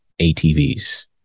ATVs